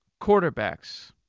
quarterbacks